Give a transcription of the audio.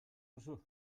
duzu